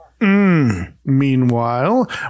Meanwhile